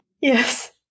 Yes